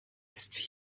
ist